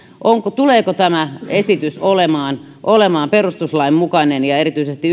tuleeko tämä esitys olemaan olemaan perustuslain mukainen ja erityisesti